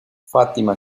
fátima